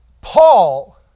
Paul